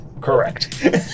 Correct